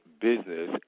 business